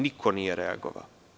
Niko nije reagovao.